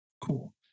Cool